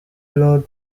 rond